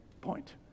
point